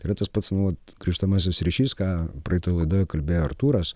yra tas pats vot grįžtamasis ryšys ką praeitoj laidoj kalbėjo artūras